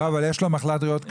אבל יש לו מחלת ריאות קשה.